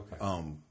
Okay